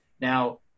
Now